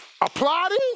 applauding